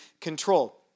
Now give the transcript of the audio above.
control